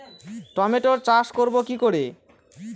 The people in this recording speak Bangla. টমেটোর চাষ করব কি করে?